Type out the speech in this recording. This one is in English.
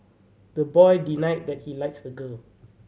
the boy denied that he likes the girl